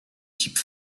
type